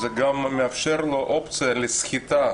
אופציה לסחיטה,